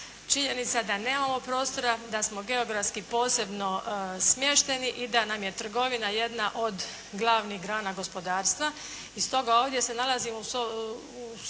Činjenica je da nemamo prostora, da smo geografski posebno smješteni i da nam je trgovina jedna od glavnih grada gospodarstva. I stoga ovdje se nalazimo u svojevrsnoj